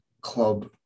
club